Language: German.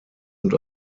und